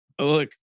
Look